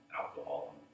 alcohol